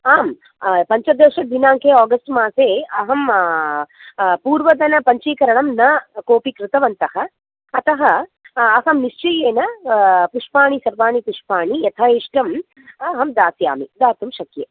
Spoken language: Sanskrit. आम् पञ्चदशदिनाङ्के आगस्ट् मासे अहम् पूर्वतनपञ्चीकरणं न कोऽपि कृतवन्तः अतः अहं निश्चयेन पुष्पाणि सर्वाणि पुष्पाणि यथा इष्टम् अहं दास्यामि दातुं शक्ये